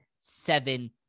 seven